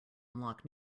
unlock